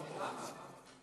אינה נוכחת.